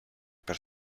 per